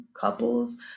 couples